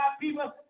people